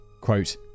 quote